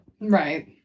Right